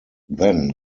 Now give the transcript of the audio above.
then